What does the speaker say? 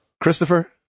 Christopher